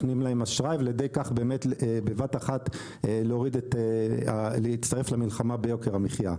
נותנים להם אשראי ועל ידי כך באמת בבת אחת להצטרף למלחמה ביוקר המחיה.